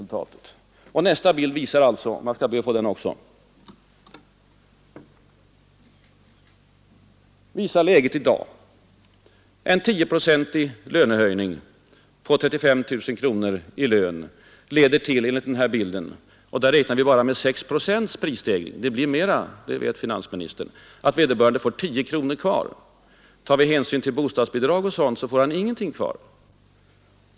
Läget i dag är att man på en 10-procentig lönehöjning vid en lön av 35 000 — om vi bara räknar med 6 procents prishöjning, och det blir mera, som finansministern vet — bara får 10 kronor kvar på en hundralapp. Tar man hänsyn till bostadsbidrag osv. blir det ingenting kvar. Man får det klart sämre.